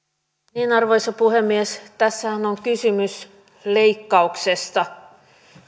arvoisa puhemies tässähän on kysymys leikkauksesta